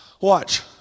watch